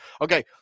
Okay